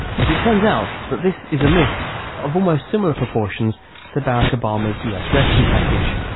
but it turns out that this is a myth of almost similar proportions to barack obama's us rescue package.